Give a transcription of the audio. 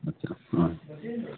आथसा मोनसे होनदो